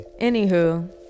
Anywho